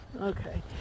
Okay